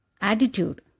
attitude